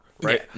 right